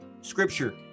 scripture